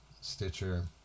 Stitcher